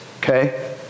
okay